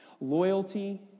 Loyalty